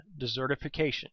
desertification